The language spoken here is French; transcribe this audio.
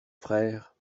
frère